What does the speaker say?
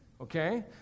okay